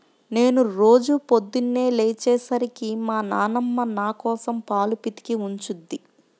నేను రోజూ పొద్దన్నే లేచే సరికి మా నాన్నమ్మ నాకోసం పాలు పితికి ఉంచుద్ది